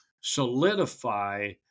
solidify